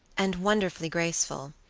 and wonderfully graceful.